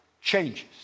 changes